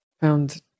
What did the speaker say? found